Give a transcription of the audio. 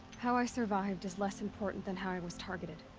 how i survived is less important than how i was targeted.